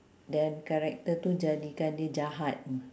then character tu jadikan dia jahat